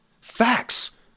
Facts